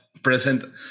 present